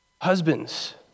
husbands